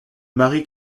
mary